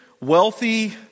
wealthy